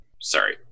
Sorry